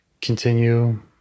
continue